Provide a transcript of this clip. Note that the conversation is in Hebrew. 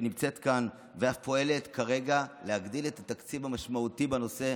שנמצאת כאן ואף פועלת כרגע להגדיל את התקציב המשמעותי בנושא.